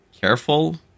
careful